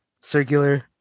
circular